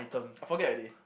I forget already